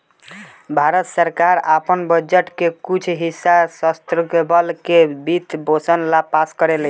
भारत सरकार आपन बजट के कुछ हिस्सा सशस्त्र बल के वित्त पोषण ला पास करेले